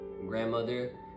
grandmother